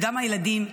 וגם הילדים,